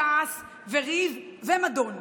וכעס וריב ומדון.